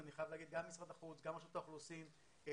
אני חייב לומר שגם משרד החוץ וגם רשות האוכלוסין פנו.